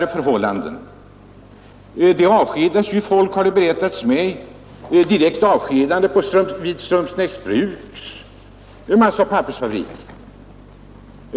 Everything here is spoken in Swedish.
Det har t.ex. berättats för mig att man direkt avskedar folk vid Strömsnäsbruks pappersoch massafabriker.